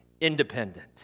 independent